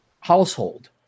household